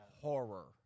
horror